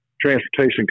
transportation